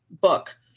book